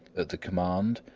at the command,